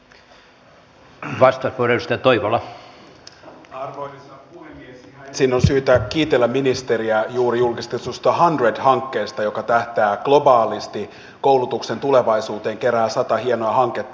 ihan ensin on syytä kiitellä ministeriä juuri julkistetusta hundred hankkeesta joka tähtää globaalisti koulutuksen tulevaisuuteen kerää sata hienoa hanketta